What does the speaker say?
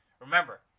remember